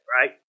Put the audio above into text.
right